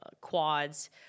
Quads